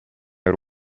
era